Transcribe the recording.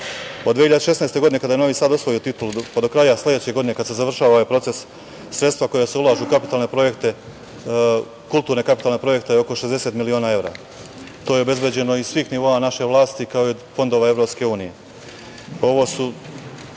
2016. godine kada je Novi Sad osvojio titulu, pa do kraja sledeće godine kada se završava ovaj proces, sredstva koja se ulažu u kapitalne projekte, kulturne kapitalne projekte je oko 60 miliona evra. To je obezbeđeno iz svih nivoa naše vlasti, kao i od fondova EU.Ovo su zaista